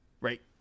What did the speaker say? right